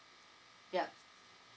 yup